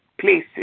places